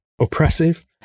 oppressive